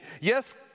Yes